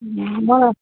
মই